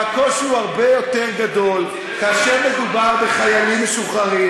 והקושי הרבה יותר גדול כאשר מדובר בחיילים משוחררים,